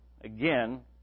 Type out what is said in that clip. again